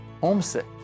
homesick